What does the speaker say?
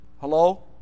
Hello